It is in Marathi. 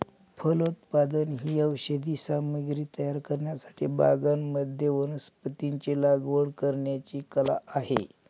फलोत्पादन ही औषधी सामग्री तयार करण्यासाठी बागांमध्ये वनस्पतींची लागवड करण्याची कला आहे